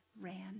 ran